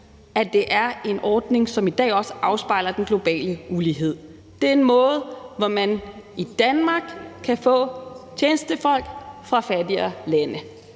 at det er en ordning, som i dag afspejler den globale ulighed. Det er en måde, hvorpå man i Danmark kan få tjenestefolk fra fattigere lande,